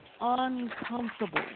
uncomfortable